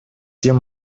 тем